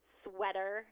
sweater